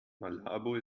malabo